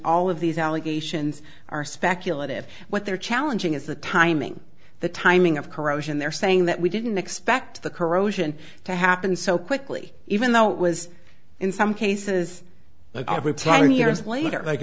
all of these allegations are speculative what they're challenging is the timing the timing of corrosion they're saying that we didn't expect the corrosion to happen so quickly even though it was in some cases ten years l